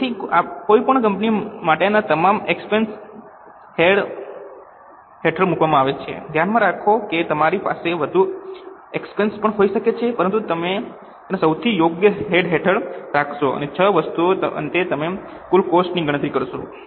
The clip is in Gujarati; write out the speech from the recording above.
તેથી કોઈપણ કંપની માટેના તમામ એક્સપેન્સ છ હેડ હેઠળ મૂકવાના છે ધ્યાનમાં રાખો કે તમારી પાસે વધુ એક્સપેન્સ પણ હોઈ શકે છે પરંતુ તમે તેને સૌથી યોગ્ય હેડ હેઠળ રાખશો અને છ વસ્તુઓના અંતે તમે કુલ કોસ્ટ ની ગણતરી કરશો